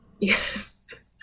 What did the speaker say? yes